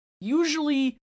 usually